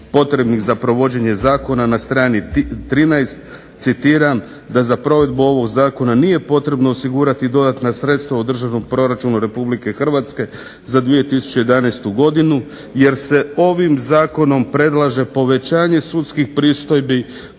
za provođenje zakona na strani 13, citiram: "da za provedbu ovog zakona nije potrebno osigurati dodatna sredstva u državnom proračunu Republike Hrvatske za 2011. godinu jer se ovim zakonom predlaže povećanje sudskih pristojbi